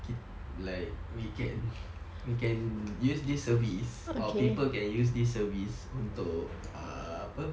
like we can we can use this service or people can use this service untuk err apa